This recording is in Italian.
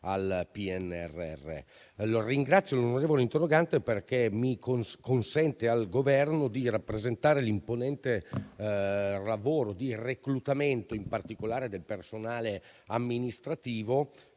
al PNRR. Ringrazio l'onorevole interrogante perché consente al Governo di rappresentare l'imponente lavoro di reclutamento, in particolare del personale amministrativo,